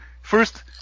First